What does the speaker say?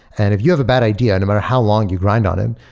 and if you have a bad idea, no matter how long you grind on and